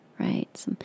Right